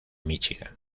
míchigan